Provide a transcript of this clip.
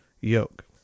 yoke